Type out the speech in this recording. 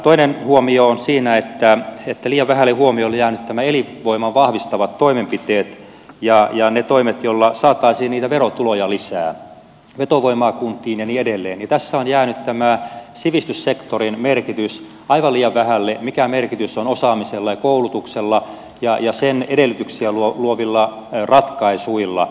toinen huomio on siinä että liian vähälle huomiolle ovat jääneet nämä elinvoimaa vahvistavat toimenpiteet ja ne toimet joilla saataisiin niitä verotuloja lisää vetovoimaa kuntiin ja niin edelleen ja tässä on jäänyt tämä sivistyssektorin merkitys aivan liian vähälle se mikä merkitys on osaamisella ja koulutuksella ja sen edellytyksiä luovilla ratkaisuilla